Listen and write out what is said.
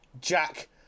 Jack